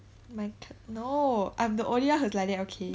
my cl~ no I'm the only one who's like that okay